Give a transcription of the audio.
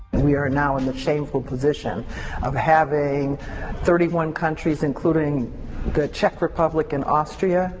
we're now in the shameful position of having thirty one countries, including the czech republic and austria